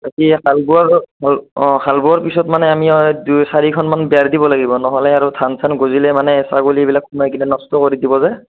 বাকী হাল বোৱাৰ অঁ হাল বোৱাৰ পিছত মানে আমি দুই চাৰিখন মান বেৰ দিব লাগিব নহ'লে আৰু ধান চান গজিলে মানে ছাগলীবিলাক সোমাই কেনে নষ্ট কৰি দিব যে